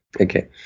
Okay